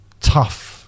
tough